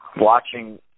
watching